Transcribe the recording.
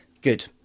Good